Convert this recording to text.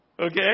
Okay